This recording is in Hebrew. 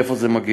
מאיפה זה מגיע,